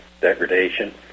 degradation